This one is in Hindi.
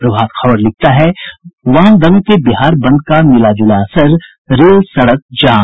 प्रभात खबर लिखता है वाम दलों के बिहार बंद का मिलाजुला असर रेल सड़क जाम